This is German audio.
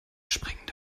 springende